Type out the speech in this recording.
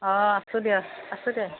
অ আছোঁ দিয়ক আছোঁ দে